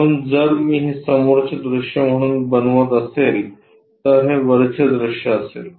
म्हणूनजर मी हे समोरचे दृश्य म्हणून बनवत असेल तर हे वरचे दृश्य असेल